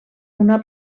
una